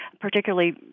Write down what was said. particularly